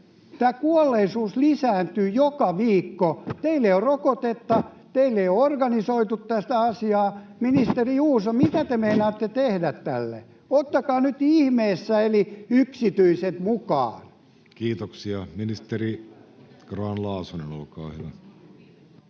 Tämä kuolleisuus lisääntyy joka viikko. Teillä ei ole rokotetta, te ette ole organisoineet tätä asiaa. Ministeri Juuso, mitä te meinaatte tehdä tälle? Ottakaa nyt ihmeessä yksityiset mukaan. [Suna Kymäläinen: Pitäisi ohjata kyllä